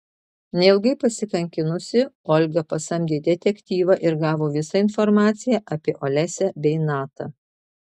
neilgai pasikankinusi olga pasamdė detektyvą ir gavo visą informaciją apie olesią bei natą